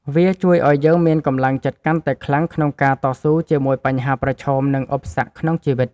វាជួយឱ្យយើងមានកម្លាំងចិត្តកាន់តែខ្លាំងក្នុងការតស៊ូជាមួយបញ្ហាប្រឈម និងឧបសគ្គក្នុងជីវិត។